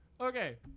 Okay